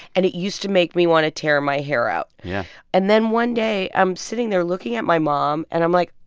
and it used to make me want to tear my hair out yeah and then, one day, i'm sitting there, looking at my mom. and i'm like,